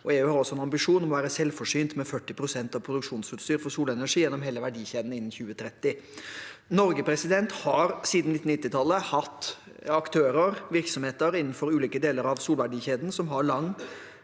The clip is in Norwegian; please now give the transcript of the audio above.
EU har også en ambisjon om å være selvforsynt med 40 pst. av produksjonsutstyr for solenergi gjennom hele verdikjeden innen 2030. Norge har siden 1990-tallet hatt aktører, virksomheter, innenfor ulike deler av solverdikjeden som har lang,